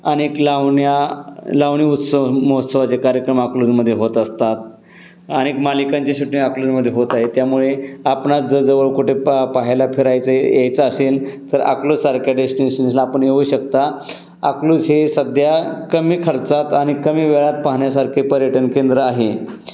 अनेक लावण्या लावणी उत्सव महोत्सवाचे कार्यक्रम अकलूजमधे होत असतात अनेक मालिकांची सुटणी अकलूजमधे होत आहे त्यामुळे आपणा जर जवळ कुठे पा प पाहायला फिरायचं आहे यायचं असेल तर अकलूजसारख्या डेस्टिनेशनला आपण येऊ शकता अकलूज हे सध्या कमी खर्चात आणि कमी वेळात पाहण्यासारखे पर्यटन केंद्र आहे